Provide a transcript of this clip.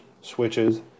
switches